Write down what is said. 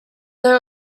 there